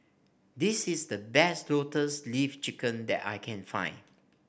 this is the best Lotus Leaf Chicken that I can find